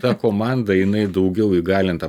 ta komanda jinai daugiau įgalinta